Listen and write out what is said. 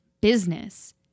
business